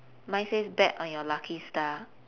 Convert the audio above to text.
mine says bet on your lucky star